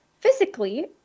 physically